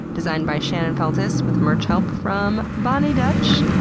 designed by shannon feltus with merch help from boni dutch.